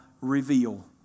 reveal